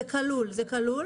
זה כלול, זה כלול.